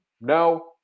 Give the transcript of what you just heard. No